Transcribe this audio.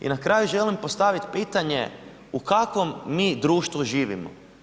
I na kraju želim postaviti pitanje u kakvom mi društvu živimo?